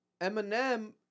Eminem